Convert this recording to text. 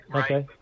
okay